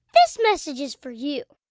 this message is for you